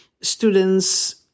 students